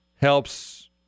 helps